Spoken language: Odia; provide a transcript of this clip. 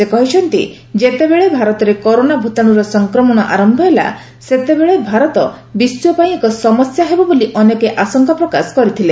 ସେ କହିଛନ୍ତି ଯେତେବେଳେ ଭାରତରେ କରୋନା ଭୂତାଣୁର ସଂକ୍ରମଣ ଆରମ୍ଭ ହେଲା ସେତେବେଳେ ବିଶ୍ୱ ପାଇଁ ଏକ ସମସ୍ୟା ହେବ ବୋଲି ଅନେକେ ଆଶଙ୍କା ପ୍ରକାଶ କରିଥିଲେ